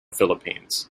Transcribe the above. philippines